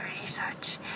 research